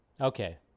Okay